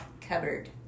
cupboard